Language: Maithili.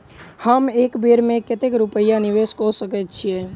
हम एक बेर मे कतेक रूपया निवेश कऽ सकैत छीयै?